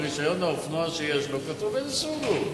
ברשיון האופנוע שיש לו כתוב איזה סוג הוא,